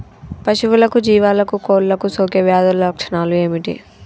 పశువులకు జీవాలకు కోళ్ళకు సోకే వ్యాధుల లక్షణాలు ఏమిటి?